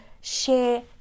share